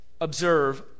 observe